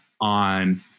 on